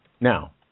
Now